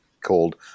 called